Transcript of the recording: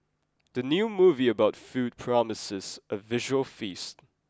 the new movie about food promises a visual feast